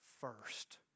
first